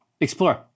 explore